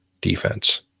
defense